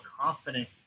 confident